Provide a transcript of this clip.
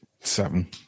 Seven